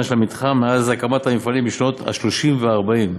של המתחם מאז הקמת המפעלים בשנות ה-30 וה-40.